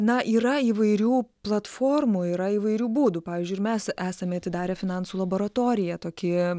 na yra įvairių platformų yra įvairių būdų pavyzdžiui ir mes esame atidarę finansų laboratoriją tokį